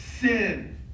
sin